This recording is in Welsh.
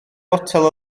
fotel